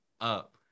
up